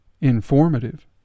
informative